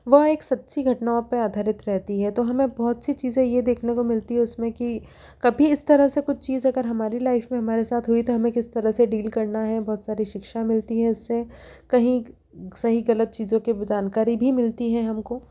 वह एक सच्ची घटनाओं पर आधारित रहती है तो हमें बहुत सी चीजें ये देखने को मिलती हैं उसमें कि कभी इस तरह से कुछ चीज अगर हमारी लाइफ में हमारे साथ हुई तो हमें किस तरह से डील करना है बहुत सारी शिक्षा मिलती है इससे कहीं सही गलत चीजों की भी जानकारी भी मिलती है हमको